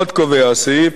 עוד קובע הסעיף,